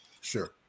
Sure